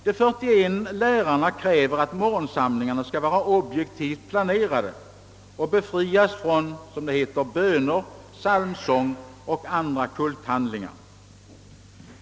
De 41 lärarna kräver, att morgonsamlingarna skall vara objektivt planerade och befrias från »böner, psalmsång och andra kulthandlingar».